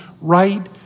right